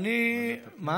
אני, ועדת הפנים והגנת הסביבה.